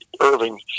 Irving